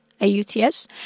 AUTS